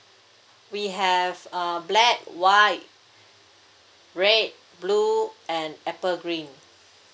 we have uh black white red blue and apple green